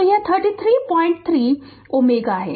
तो यह 333 Ω है